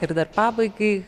ir dar pabaigai